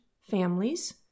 families